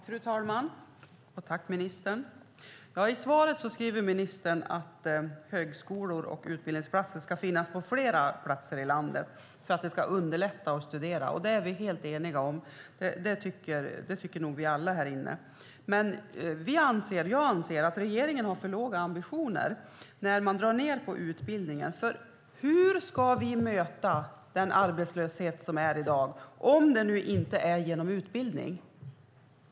Fru talman! Tack, ministern, för svaret! I sitt svar sade ministern att högskolor och utbildningsplatser ska finnas på flera ställen i landet för att underlätta för folk att studera. Det är vi helt eniga om. Det tycker vi nog alla här inne. Jag anser dock att regeringen har för låga ambitioner när man drar ned på utbildningen. Hur ska vi möta den arbetslöshet som finns i dag om inte genom utbildning?